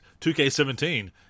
2K17